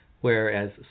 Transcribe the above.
whereas